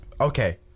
okay